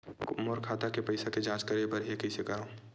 मोर खाता के पईसा के जांच करे बर हे, कइसे करंव?